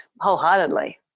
wholeheartedly